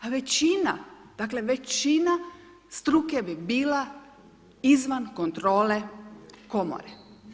A većina, dakle većina struke bi bila izvan kontrole komore.